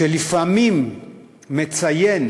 שלפעמים מציין